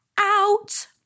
out